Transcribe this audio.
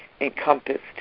encompassed